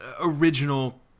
original